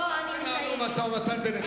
אל תנהלו משא-ומתן ביניכם.